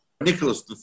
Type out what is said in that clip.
Nicholas